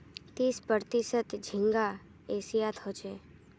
तीस प्रतिशत झींगा एशियात ह छे